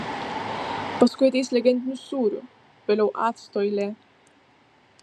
paskui ateis legendinių sūrių vėliau acto eilė